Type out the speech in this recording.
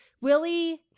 Willie